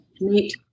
meet